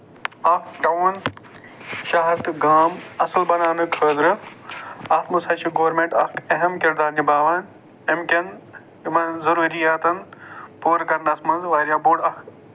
اکھ ٹاوُن شہر تہٕ گام اَصٕل بَناونہٕ خٲطرٕ اَتھ منٛز ہسا چھُ گوٚرمٮ۪نٛٹ اکھ اَہَم کِردار نِباوان اَمہِ کٮ۪ن یِمَن ضروٗرِیاتَن پوٗرٕ کَرنَس منٛز واریاہ بوٚڈ اَکھ